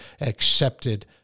accepted